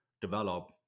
develop